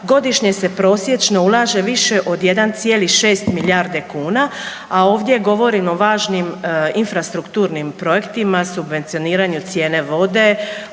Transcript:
godišnje se prosječno ulaže više od 1,6 milijarde kuna, a ovdje govorimo o važnim infrastrukturnim projektima, subvencioniranju cijene vode,